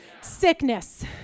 Sickness